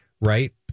right